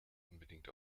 unbedingt